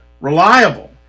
reliable